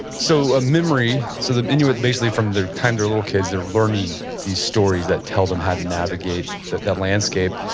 so ah so the inuits basically from the time they're little kids, they're learning these stories that tell them how to navigate that that landscape.